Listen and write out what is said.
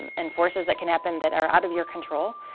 and forces that can happen that are out of your control,